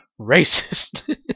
racist